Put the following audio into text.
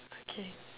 okay